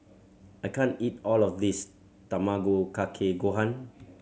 I can't eat all of this Tamago Kake Gohan